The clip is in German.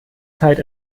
zeit